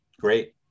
great